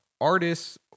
artists